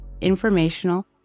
informational